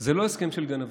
זה לא הסכם של גנבים.